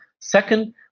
Second